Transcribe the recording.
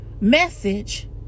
message